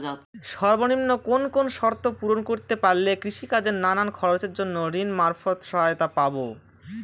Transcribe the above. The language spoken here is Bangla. সর্বনিম্ন কোন কোন শর্ত পূরণ করতে পারলে কৃষিকাজের নানান খরচের জন্য ঋণ মারফত সহায়তা পাব?